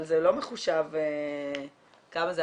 אבל זה לא מחושב --- כמה זה,